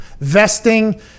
Vesting